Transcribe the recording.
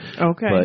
Okay